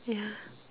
yeah